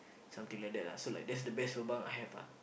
something like that lah so that's the best lobang I have lah